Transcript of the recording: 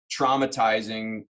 traumatizing